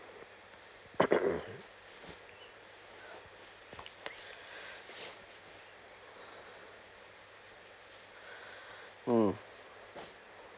hmm